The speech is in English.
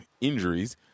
injuries